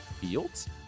Fields